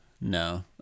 no